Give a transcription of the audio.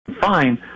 Fine